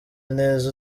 neza